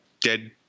dead